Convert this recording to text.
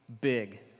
big